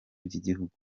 by’igihugu